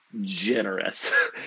generous